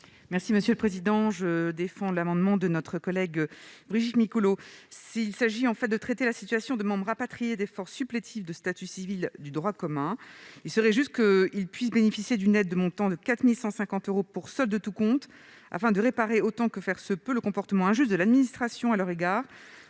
est à Mme Laure Darcos. Je défends cet amendement au nom de ma collègue Brigitte Micouleau. Il s'agit de traiter la situation des membres rapatriés des forces supplétives de statut civil de droit commun. Il serait juste qu'ils puissent bénéficier d'une aide d'un montant de 4 150 euros pour solde de tout compte, afin de réparer, autant que faire se peut, le comportement injuste de l'administration à leur égard